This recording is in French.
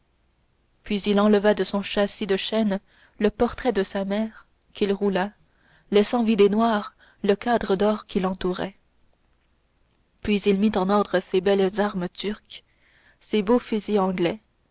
puis il enleva de son châssis de chêne le portrait de sa mère qu'il roula laissant vide et noir le cadre d'or qui l'entourait puis il mit en ordre ses belles armes turques ses beaux fusils anglais